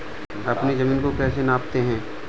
अपनी जमीन को कैसे नापते हैं?